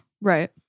Right